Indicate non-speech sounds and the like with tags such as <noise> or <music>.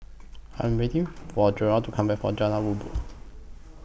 <noise> I Am waiting For Jerod to Come Back from Jalan Rabu